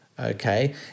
Okay